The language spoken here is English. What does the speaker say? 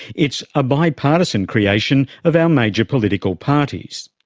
it's a bipartisan creation of our major political parties.